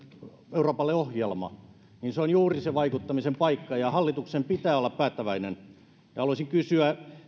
euroopalle ohjelma se on juuri se vaikuttamisen paikka ja hallituksen pitää olla päättäväinen haluaisin kysyä